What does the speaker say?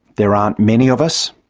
there are many of us.